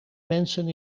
mensen